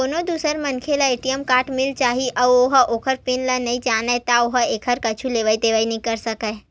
कोनो दूसर मनखे ल ए.टी.एम कारड मिल जाही अउ ओ ह ओखर पिन ल नइ जानत हे त ओ ह एखर ले कुछु लेवइ देवइ नइ कर सकय